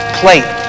plate